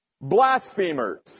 Blasphemers